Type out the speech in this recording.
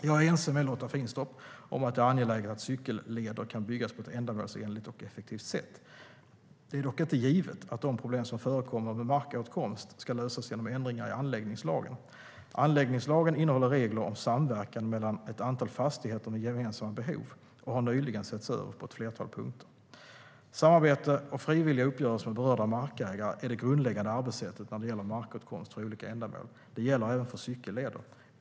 Jag är ense med Lotta Finstorp om att det är angeläget att cykelleder kan byggas på ett ändamålsenligt och effektivt sätt. Det är dock inte givet att de problem som förekommer med markåtkomst ska lösas genom ändringar i anläggningslagen. Anläggningslagen innehåller regler om samverkan mellan ett antal fastigheter med gemensamma behov och har nyligen setts över på ett flertal punkter. Samarbete och frivilliga uppgörelser med berörda markägare är det grundläggande arbetssättet när det gäller markåtkomst för olika ändamål. Det gäller även för cykelleder.